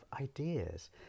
ideas